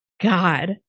god